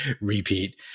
repeat